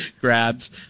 grabs